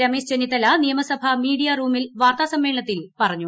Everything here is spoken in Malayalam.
രമേശ് ചെന്നിത്തല നിയമസഭ മീഡിയാ റൂമിൽ വാർത്താസമ്മേളനത്തിൽ പറഞ്ഞു